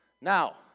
Now